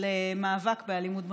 למאבק באלימות במשפחה,